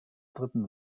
dritten